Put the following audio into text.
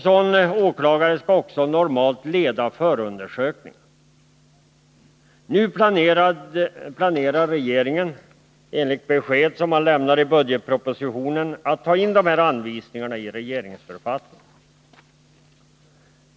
Sådan åklagare skall också normalt leda förundersökning. Nu planerar regeringen, enligt besked som lämnades i budgetpropositionen, att ta in dessa anvisningar i regeringsförfattningen.